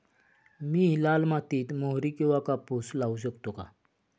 मी लाल मातीत मोहरी किंवा कापूस लावू शकतो का?